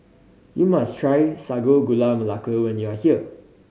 you must try Sago Gula Melaka when you are here